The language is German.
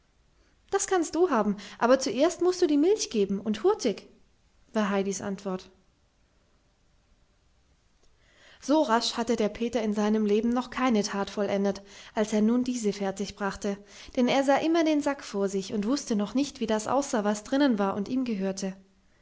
das kannst du haben aber zuerst mußt du die milch geben und hurtig war heidis antwort so rasch hatte der peter in seinem leben noch keine tat vollendet als er nun diese fertigbrachte denn er sah immer den sack vor sich und wußte noch nicht wie das aussah was drinnen war und ihm gehörte